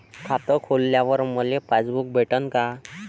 खातं खोलल्यावर मले पासबुक भेटन का?